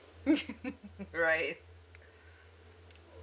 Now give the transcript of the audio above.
right